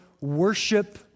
worship